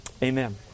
Amen